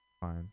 Fine